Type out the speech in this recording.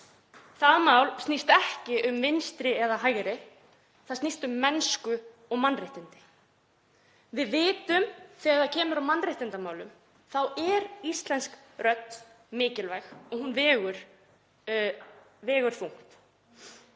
Það mál snýst ekki um vinstri eða hægri, það snýst um mennsku og mannréttindi. Við vitum að þegar kemur að mannréttindamálum þá er íslensk rödd mikilvæg og hún vegur þungt.